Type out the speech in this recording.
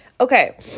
Okay